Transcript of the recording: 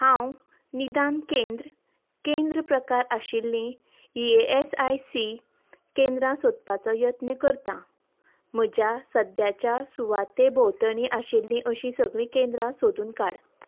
हांव निदान केंद्र केंद्र प्रकार आशिल्लीं ईएएसआयसी केंद्रां सोदपाचो यत्न्य करता म्हज्या सद्याच्या सुवाते भोंवतणी आशिल्लीं अशीं सगळीं केंद्रां सोदून काड